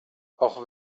auch